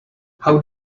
how